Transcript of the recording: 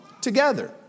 together